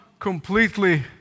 completely